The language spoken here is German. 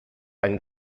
ein